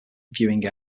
viewing